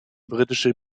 britische